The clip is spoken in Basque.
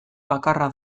bakarra